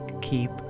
keep